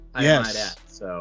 yes